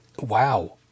Wow